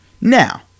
Now